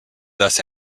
thus